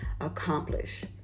accomplish